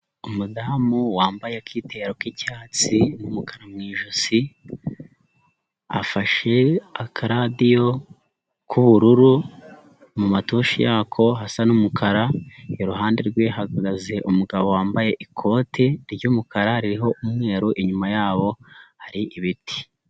Umudamu wambaye akitero k'icyatsi n'umukara mu ijosi, afashe akaradiyo k'ubururu mu matushi yako hasa n'umukara, iruhande rwe hahagaze umugabo wambaye ikote ry'umukara ririho umweru inyuma yabo hari ibiti.